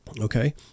Okay